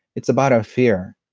it's about our fear